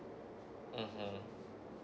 okay